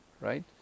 right